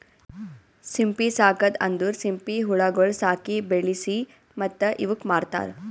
ಸಿಂಪಿ ಸಾಕದ್ ಅಂದುರ್ ಸಿಂಪಿ ಹುಳಗೊಳ್ ಸಾಕಿ, ಬೆಳಿಸಿ ಮತ್ತ ಇವುಕ್ ಮಾರ್ತಾರ್